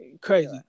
Crazy